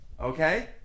okay